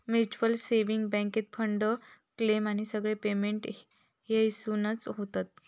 mutual saving बॅन्केत fund, claim आणि सगळे पेमेंट हयसूनच होतत